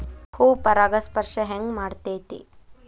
ಹೂ ಪರಾಗಸ್ಪರ್ಶ ಹೆಂಗ್ ಮಾಡ್ತೆತಿ?